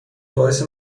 باعث